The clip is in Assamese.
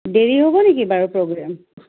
দেৰি হ'ব নেকি বাৰু প্ৰগ্ৰেম